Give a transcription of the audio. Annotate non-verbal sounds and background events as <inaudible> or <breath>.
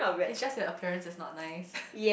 it's just the appearance is not nice <breath>